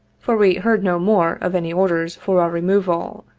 for we heard no more of any orders for our removal.